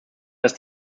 dass